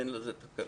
אין לזה תקנה.